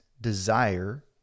desire